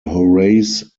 horace